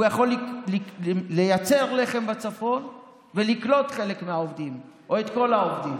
והוא יכול לייצר לחם בצפון ולקלוט חלק מהעובדים או את כל העובדים.